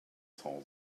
saw